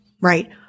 right